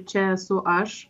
čia esu aš